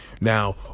Now